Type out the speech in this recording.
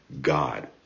God